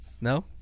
No